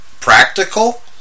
practical